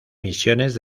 misiones